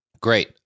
Great